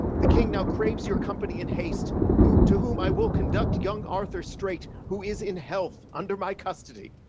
the king now craves your company in haste, who to whom i will conduct young arthur straight, who is in health under my custody.